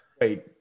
Wait